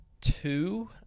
two